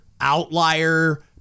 outlier